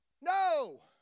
no